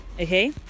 okay